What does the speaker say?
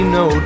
no